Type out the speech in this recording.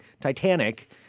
Titanic